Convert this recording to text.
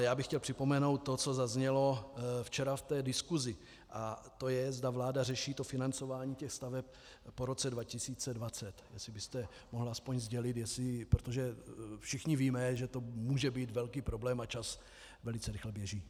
Já bych chtěl připomenout to, co zaznělo včera v diskusi, a to je, zda vláda řeší financování staveb po roce 2020, jestli byste mohl aspoň sdělit, protože všichni víme, že to může být velký problém, a čas velice rychle běží.